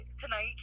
tonight